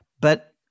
but-